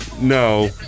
No